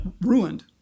ruined